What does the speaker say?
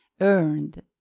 earned